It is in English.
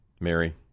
Mary